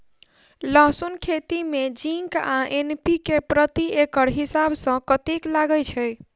लहसून खेती मे जिंक आ एन.पी.के प्रति एकड़ हिसाब सँ कतेक लागै छै?